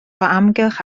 amgylch